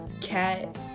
Cat